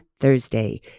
Thursday